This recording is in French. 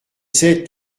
sept